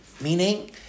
Meaning